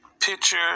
picture